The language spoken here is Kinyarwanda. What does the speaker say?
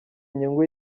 inyungu